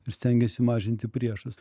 ir stengėsi mažinti priešus